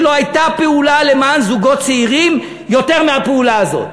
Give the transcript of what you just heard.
שלא הייתה פעולה למען זוגות צעירים יותר מהפעולה הזאת,